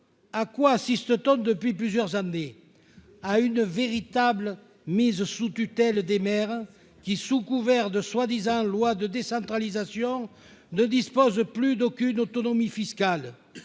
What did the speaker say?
à quoi assiste-t-on depuis plusieurs années ? À une véritable mise sous tutelle des maires qui, malgré de prétendues lois de décentralisation, ne disposent plus d'aucune autonomie fiscale.